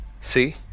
See